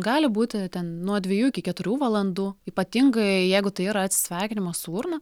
gali būti ten nuo dviejų iki keturių valandų ypatingai jeigu tai yra atsisveikinimas su urna